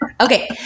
Okay